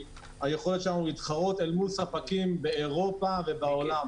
והיכולת שלנו להתחרות מול ספקים באירופה ובעולם.